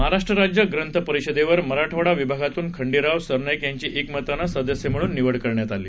महाराष्ट्र राज्य ग्रंथ परिषदेवर मराठवाडा विभागातून खंडेराव सरनाईक यांची एकमतानं सदस्य म्हणून निवड करण्यात आली